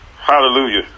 Hallelujah